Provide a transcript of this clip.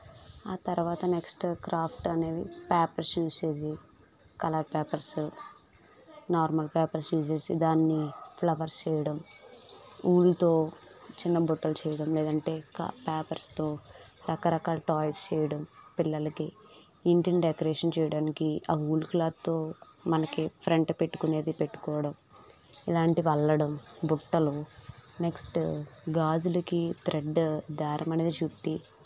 ఆ తర్వాత next craft అనేది పేపర్స్ యూస్ చేసి colour papers normal papers use చేసి దాన్ని ఫ్లవర్స్ చేయడం వూల్తో చిన్న బుట్టలు చేయడం లేదంటే కా పేపర్స్తో రకరకాల టాయ్స్ చేయడం పిల్లలకి ఇంటిని డెకరేషన్ చేయడానికి ఆ వూల్ క్లాత్తో మనకి ఫ్రంట్ పెట్టుకునేది పెట్టుకోవడం ఇలాంటివి అల్లడం బుట్టలు నెక్స్ట్ గాజులకి థ్రెడ్ దారం అనేది చుట్టి